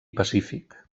pacífic